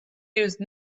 use